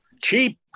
Cheap